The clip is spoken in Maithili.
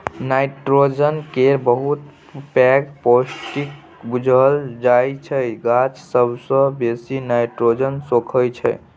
नाइट्रोजन केँ बहुत पैघ पौष्टिक बुझल जाइ छै गाछ सबसँ बेसी नाइट्रोजन सोखय छै